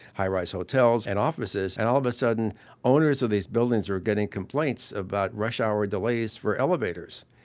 high rise hotels, and offices, and all of a sudden owners of these buildings were getting complaints about rush hour delays for elevators.